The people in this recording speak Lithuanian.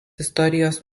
istorijos